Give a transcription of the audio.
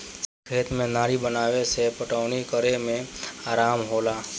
सब खेत में नारी बनावे से पटवनी करे में आराम होला